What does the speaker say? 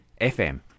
FM